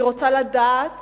אני רוצה לדעת